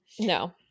No